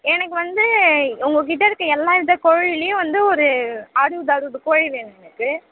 எனக்கு வந்து உங்கள் கிட்டே இருக்க எல்லா வித கோழிலேயும் வந்து ஒரு அறுபது அறுபது கோழி வேணும் எனக்கு